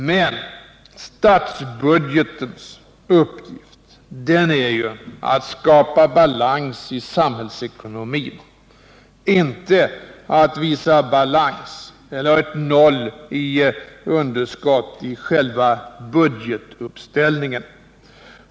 Men statsbudgetens uppgift är ju att skapa balans i samhällsekonomin, inte att visa att det är balans eller noll i underskott i själva budgetuppställningen.